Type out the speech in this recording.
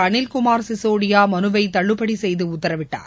அனில்குமார் சிசோடியா மனுவை தள்ளுபடி செய்து உத்தரவிட்டார்